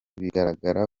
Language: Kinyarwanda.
bigaragara